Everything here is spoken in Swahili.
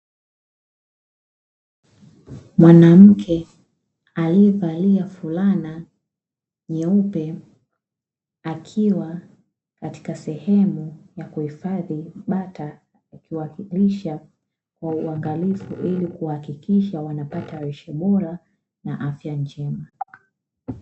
Mwanamke aliyevalia fulana nyeupe akiwa katika sehemu ya kuhifadhi bata, akiwashibisha kwa uangalifu ili kuhakikisha wanapata lishe bora na afya njema.